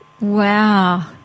Wow